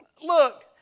Look